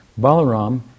Balaram